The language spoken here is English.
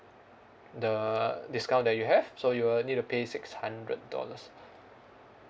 the discount that you have so you will need to pay six hundred dollars